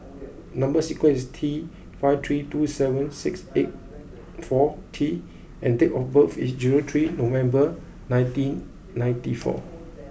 number sequence is T five three two seven six eight four T and date of birth is zero three November nineteen ninety four